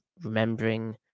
remembering